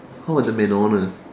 how about the MacDonald